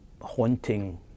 haunting